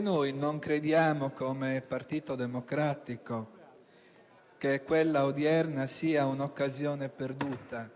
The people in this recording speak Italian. noi non crediamo, come Partito Democratico, che quella odierna sia un'occasione perduta;